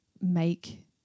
make